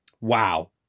Wow